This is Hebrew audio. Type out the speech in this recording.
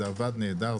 זה עבד נהדר,